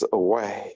away